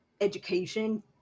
education